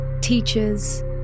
teachers